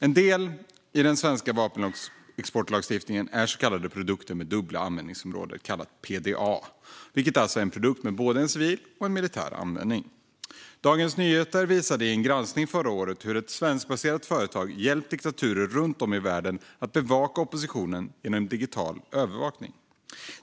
En del i den svenska vapenexportlagstiftningen är det som kallas produkter med dubbla användningsområden, eller PDA, vilket alltså står för produkter som har både ett civilt och ett militärt användningsområde. Dagens Nyheter visade i en granskning förra året hur ett svenskbaserat företag hjälpt diktaturer runt om i världen att bevaka oppositionen genom digital övervakning.